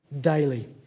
daily